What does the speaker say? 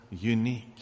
unique